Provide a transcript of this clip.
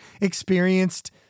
experienced